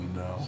no